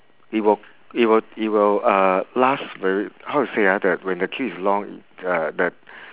it will it will it will uh last very how to say ah the when the queue is long uh the